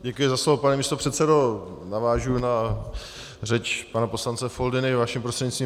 Děkuji za slovo, pane místopředsedo, navážu na řeč pana poslance Foldyny vaším prostřednictvím.